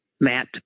Matt